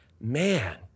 man